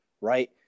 right